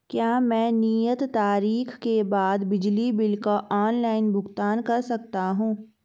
क्या मैं नियत तारीख के बाद बिजली बिल का ऑनलाइन भुगतान कर सकता हूं?